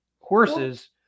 horses